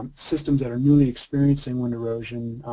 systems that are really experiencing wind erosion,